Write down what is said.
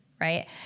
right